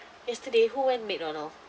yesterday who went mcdonald